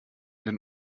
den